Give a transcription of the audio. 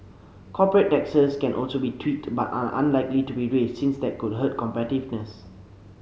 corporate taxes can also be tweaked but are unlikely to be raised since that could hurt competitiveness